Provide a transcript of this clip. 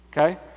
okay